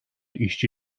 işçi